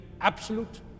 absolute